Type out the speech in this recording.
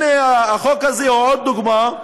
הנה, החוק הזה הוא עוד דוגמה: